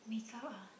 make up ah